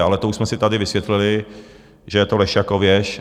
Ale to už jsme si tady vysvětlili, že je to lež jako věž.